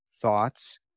thoughts